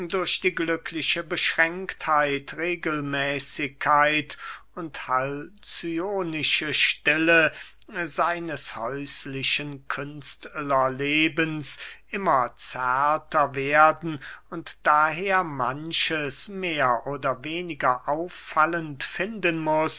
durch die glückliche beschränktheit regelmäßigkeit und halcyonische stille seines häuslichen künstlerlebens immer zärter werden und daher manches mehr oder weniger auffallend finden